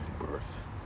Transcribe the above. birth